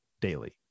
daily